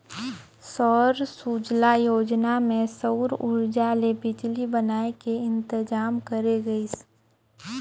सौर सूजला योजना मे सउर उरजा ले बिजली बनाए के इंतजाम करे गइस